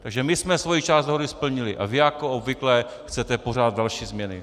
Takže my jsme svoji část dohody splnili a vy, jako obvykle, chcete pořád další změny.